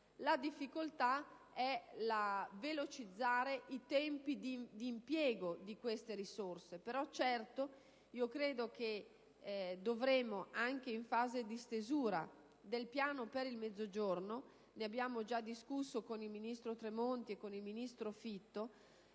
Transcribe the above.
La difficoltà sta nel velocizzare i tempi d'impiego di queste risorse, però credo che, anche in fase di stesura del piano per il Mezzogiorno - ne abbiamo già discusso con il ministro Tremonti e con il ministro Fitto